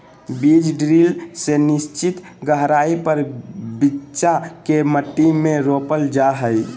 बीज ड्रिल से निश्चित गहराई पर बिच्चा के मट्टी में रोपल जा हई